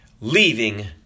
leaving